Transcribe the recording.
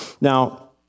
Now